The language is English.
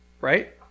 Right